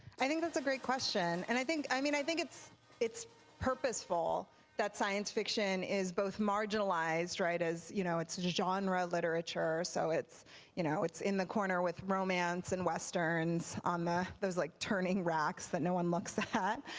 i think that's a great question. and i think i mean i think it's it's purposeful that science fiction is both marginalized, right as you know it's it's genre of literature so it's you know in in the corner with romance and westerns, um ah those like turning racks that no one looks at,